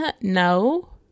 no